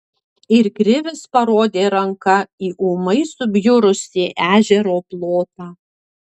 ir krivis parodė ranka į ūmai subjurusį ežero plotą